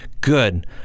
good